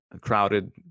crowded